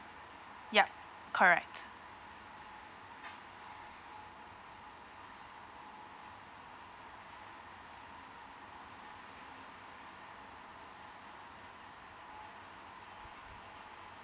yup correct